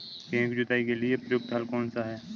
गेहूँ की जुताई के लिए प्रयुक्त हल कौनसा है?